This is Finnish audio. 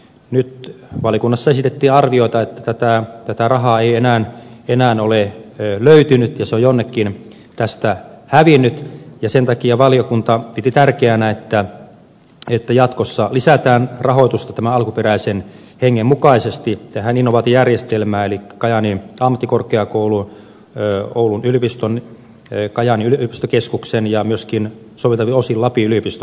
nyt valiokunnassa esitettiin arvioita että tätä rahaa ei enää ole löytynyt ja se on jonnekin tästä hävinnyt ja sen takia valiokunta piti tärkeänä että jatkossa lisätään rahoitusta alkuperäisen hengen mukaisesti tähän innovaatiojärjestelmään eli kajaanin ammattikorkeakoulun oulun yliopiston kajaanin yliopistokeskuksen ja myöskin soveltuvin osin lapin yliopiston yhteistyön kautta